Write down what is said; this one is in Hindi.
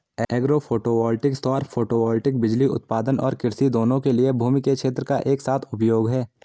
एग्रो फोटोवोल्टिक सौर फोटोवोल्टिक बिजली उत्पादन और कृषि दोनों के लिए भूमि के क्षेत्रों का एक साथ उपयोग है